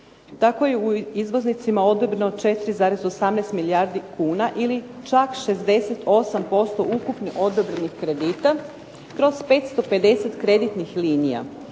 Tako je u izvoznicima odobreno 4,18 milijardi kuna ili čak 68% ukupnih odobrenih kredita kroz 550 kreditnih linija.